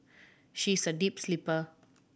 she is a deep sleeper